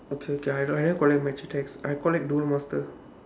okay okay I don't I never collect match attax I collect duel master